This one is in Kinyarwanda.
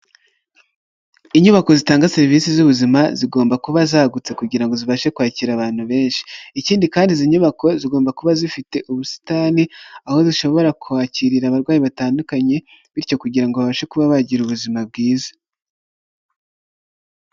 Inyubako zitanga serivisi z'ubuzima zigomba kuba zagutse kugira ngo zibashe kwakira abantu benshi, ikindi kandi izi nyubako zigomba kuba zifite ubusitani, aho zishobora kwakirira abarwayi batandukanye bityo kugira ngo babashe kuba bagira ubuzima bwiza.